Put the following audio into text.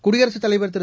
குடியரசுத்தலைவா் திரு